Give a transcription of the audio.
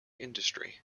industry